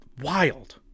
Wild